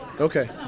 Okay